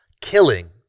killing